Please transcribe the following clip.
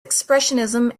expressionism